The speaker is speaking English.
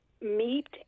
meet